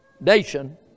nation